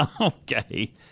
Okay